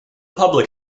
public